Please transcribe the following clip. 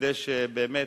כדי שבאמת,